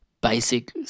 basic